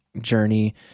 journey